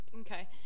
Okay